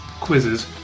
quizzes